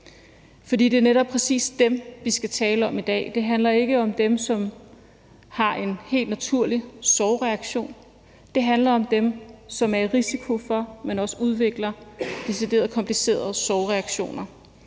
For det er netop præcis dem, vi skal tale om i dag. For det handler ikke om dem, som har en helt naturlig sorgreaktion, men det handler om dem, som er i risiko for, at de også udvikler deciderede komplicerede sorgreaktioner,